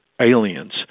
aliens